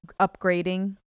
upgrading